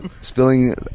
spilling